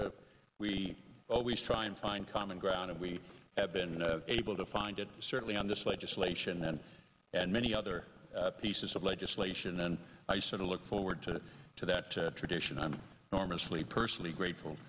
we always try and find common ground and we have been able to find it certainly on this legislation and and many other pieces of legislation and i sort of look forward to to that tradition i'm normally personally grateful